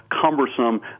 cumbersome